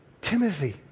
Timothy